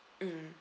mm